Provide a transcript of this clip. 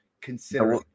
consider